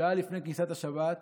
שעה לפני כניסת השבת,